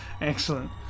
Excellent